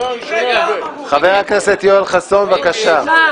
חבר הכנסת יואל חסון, בבקשה.